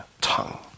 tongue